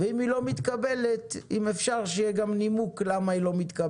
ואם היא לא מתקבלת אם אפשר שיהיה גם נימוק למה היא לא מתקבלת,